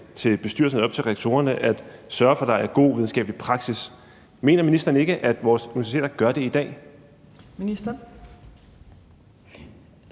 til bestyrelserne og op til rektorerne at sørge for, at der er god videnskabelig praksis. Mener ministeren ikke, at vores universiteter gør det i dag?